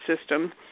system